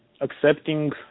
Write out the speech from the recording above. accepting